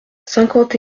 cinquante